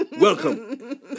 Welcome